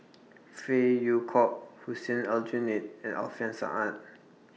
Phey Yew Kok Hussein Aljunied and Alfian Sa'at